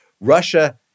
Russia